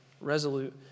resolute